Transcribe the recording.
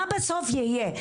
מה בסוף זה יהיה?